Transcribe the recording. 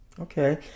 Okay